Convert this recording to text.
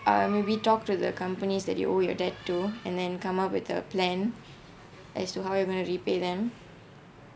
uh maybe talked with the companies that you owed your debt to and then come up with a plan as to how you're going to repay them